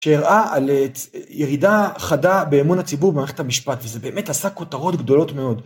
שהראה על ירידה חדה באמון הציבור במערכת המשפט, וזה באמת עשה כותרות גדולות מאוד.